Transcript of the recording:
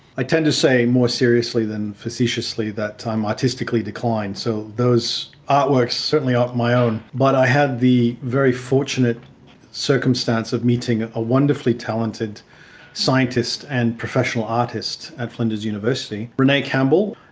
i tend to say more seriously than facetiously that artistically declined, so those artworks certainly aren't my own. but i had the very fortunate circumstance of meeting a wonderfully talented scientist and professional artist at flinders university, rene campbell,